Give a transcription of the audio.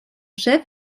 chef